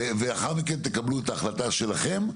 ולאחר מכן תקבלו את ההחלטה שלכם.